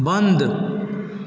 बंद